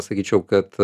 sakyčiau kad